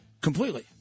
completely